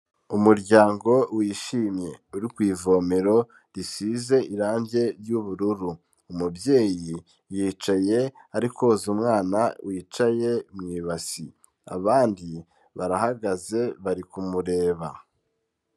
Umuryango wishimye uri ku ivomero risize irange ry'ubururu, umubyeyi yicaye ari koza umwana wicaye mu ibasi, abandi barahagaze bari kumureba.